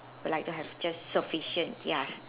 like to have just sufficient ya